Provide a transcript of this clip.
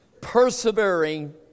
persevering